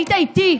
היית איתי,